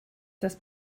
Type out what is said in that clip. das